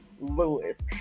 Lewis